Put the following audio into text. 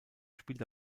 spielt